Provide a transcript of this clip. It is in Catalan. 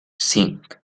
cinc